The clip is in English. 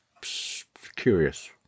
curious